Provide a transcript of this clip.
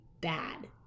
bad